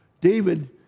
David